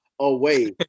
away